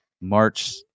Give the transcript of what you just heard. March